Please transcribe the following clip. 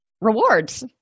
rewards